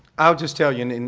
i'll just tell you, and and